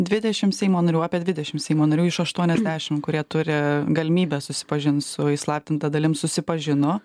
dvidešimt seimo narių apie dvidešimt seimo narių iš aštuoniasdešimt kurie turi galimybę susipažint su įslaptinta dalim susipažino